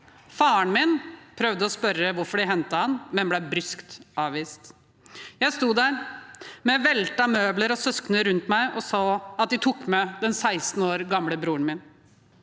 Faren min prøvde å spørre hvorfor de hentet ham, men ble bryskt avvist. Jeg sto der med veltede møbler og søsknene mine rundt meg, og så at de tok med den 16 år gamle broren min.